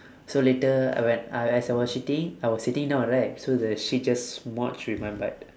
so later I when I as I was shitting I was sitting down right so the shit just smudged with my butt